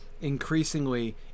increasingly